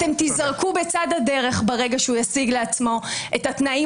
אתם תיזרקו בצד הדרך ברגע שהוא ישיג לעצמו את התנאים